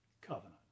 covenant